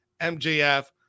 MJF